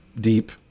deep